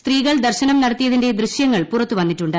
സ്ത്രീകൾ ദർശനം നടത്തിയതിന്റെ ദൃശ്യങ്ങൾ പുറത്തുവന്നിട്ടുണ്ട്